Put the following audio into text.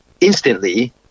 instantly